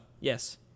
yes